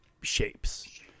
shapes